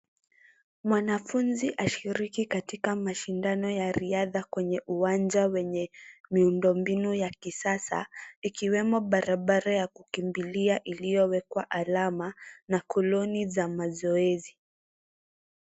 Mwanafunzi ashiriki katika mashindano ya riadha kwenye uwanja wenye miundo mbinu ya kisasa, ikiwemo barabara ya kukimbilia iliyowekwa alama na koloni za mazoezi.